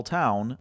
town